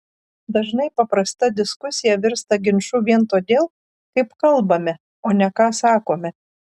dažnai paprasta diskusija virsta ginču vien todėl kaip kalbame o ne ką sakome